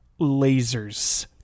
lasers